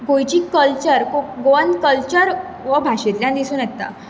गोंयची culture Goan culture हो भाशेंतल्यान दिसून येता